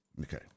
okay